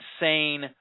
insane